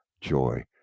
joy